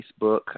Facebook